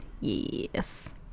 Yes